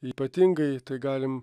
ypatingai tai galim